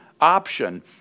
option